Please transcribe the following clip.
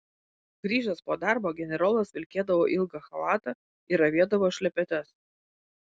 grįžęs po darbo generolas vilkėdavo ilgą chalatą ir avėdavo šlepetes